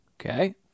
Okay